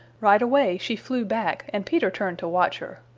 right away she flew back and peter turned to watch her.